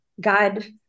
God